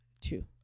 two